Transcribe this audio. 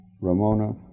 Ramona